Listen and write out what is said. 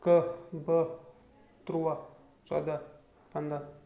کاہہ باہہ تُرٛواہ ژۄداہ پنٛداہ